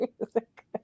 music